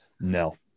No